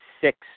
six